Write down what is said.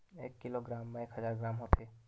एक किलोग्राम मा एक हजार ग्राम होथे